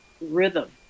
rhythm